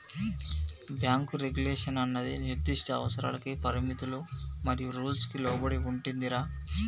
bank regulation అన్నది నిర్దిష్ట అవసరాలకి పరిమితులు మరియు రూల్స్ కి లోబడి ఉంటుందిరా